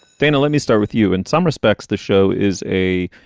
dana, let me start with you, in some respects, the show is a,